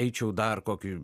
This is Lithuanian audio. eičiau dar kokį